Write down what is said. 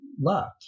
luck